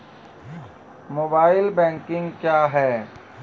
Mobile banking क्या हैं?